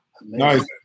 Nice